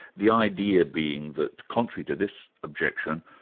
the idea being that contrary to this objection,